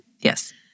Yes